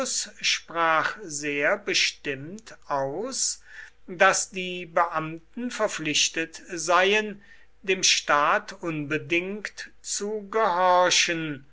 sprach sehr bestimmt aus daß die beamten verpflichtet seien dem staat unbedingt zu gehorchen